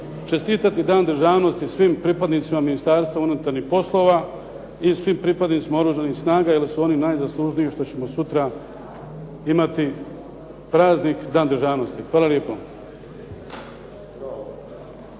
čestitati Dan državnosti svim pripadnicima Ministarstva unutarnjih poslova i svim pripadnicima Oružanih snaga, jer su oni najzaslužniji što ćemo sutra imati praznik Dan državnosti. Hvala lijepo.